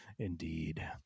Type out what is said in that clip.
Indeed